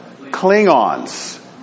Klingons